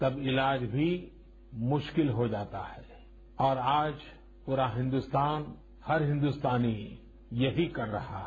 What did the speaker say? तब इलाज भी मुश्किल हो जाता है और आज पूरा हिन्दुस्तान हर हिन्दुस्तानी यही कर रहा है